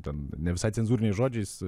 ten ne visai cenzūriniais žodžiais